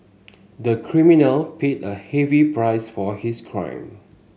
the criminal paid a heavy price for his crime